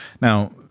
Now